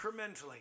incrementally